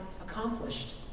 accomplished